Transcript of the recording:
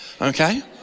Okay